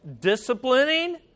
disciplining